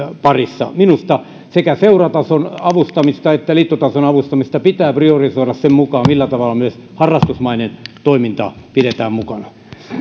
parissa minusta sekä seuratason avustamista että liittotason avustamista pitää priorisoida sen mukaan millä tavalla myös harrastusmainen toiminta pidetään mukana